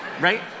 right